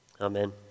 Amen